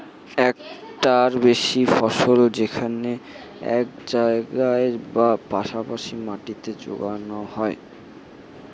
একটার বেশি ফসল যেখানে একই জায়গায় বা পাশা পাশি মাটিতে যোগানো হয়